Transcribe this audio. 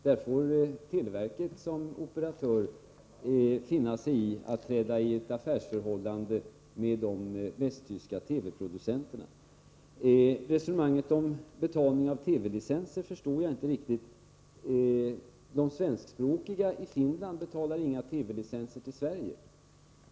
Där får televerket som operatör finna sig i att träda i ett affärsförhållande med de västtyska TV-producenterna. Resonemanget om betalning av TV-licenser förstod jag inte riktigt. De svenskspråkiga i Finland betalar inga TV-licenser till Sverige.